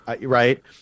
Right